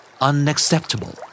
Unacceptable